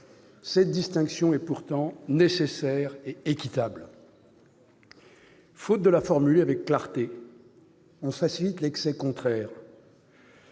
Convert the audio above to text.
Cette distinction est pourtant nécessaire et équitable. Faute de la formuler avec clarté, on facilite l'excès contraire,